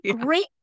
great